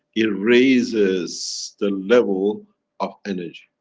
it raises the level of energy.